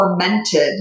fermented